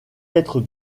être